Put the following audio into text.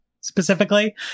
specifically